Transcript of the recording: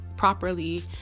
Properly